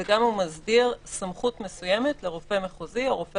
וגם מסדיר סמכות מסוימת לרופא מחוזי או רופא